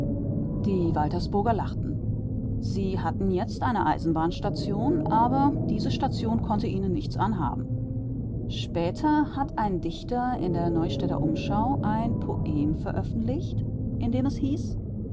die waltersburger lachten sie hatten jetzt eine eisenbahnstation aber diese station konnte ihnen nichts anhaben später hat ein dichter in der neustädter umschau ein poem veröffentlicht in dem es hieß